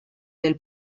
del